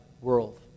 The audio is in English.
world